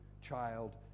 child